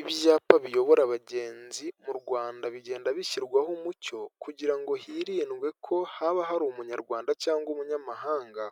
Ibyapa biyobora abagenzi mu rwanda bigenda bishyirwaho umucyo kugira ngo hirindwe ko haba hari umunyarwanda cyangwa umunyamahanga